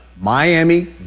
Miami